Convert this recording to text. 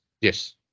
Yes